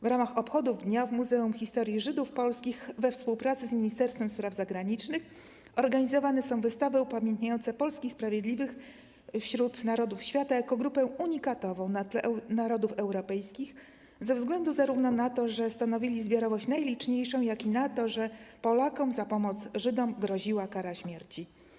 W ramach obchodów dnia w Muzeum Historii Żydów Polskich we współpracy z Ministerstwem Spraw Zagranicznych organizowane są wystawy upamiętniające polskich Sprawiedliwych wśród Narodów Świata jako grupę unikatową na tle narodów europejskich ze względu zarówno na to, że stanowili zbiorowość najliczniejszą, jak i na to, że Polakom za pomoc Żydom groziła kara śmierci.